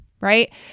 right